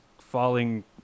falling